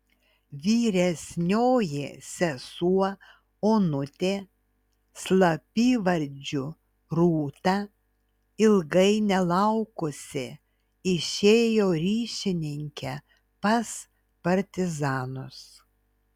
vyresnioji sesuo onutė slapyvardžiu rūta ilgai nelaukusi išėjo ryšininke pas partizanus